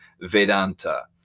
Vedanta